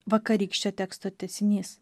vakarykščio teksto tęsinys